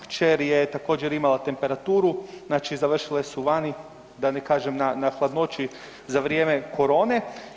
Kćer je također imala temperaturu, znači završile su vani da ne kažem na hladnoći za vrijeme korone.